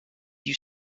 you